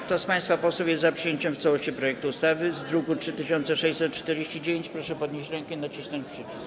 Kto z państwa posłów jest za przyjęciem w całości projektu ustawy z druku nr 3649, proszę podnieść rękę i nacisnąć przycisk.